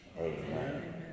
Amen